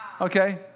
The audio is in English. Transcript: Okay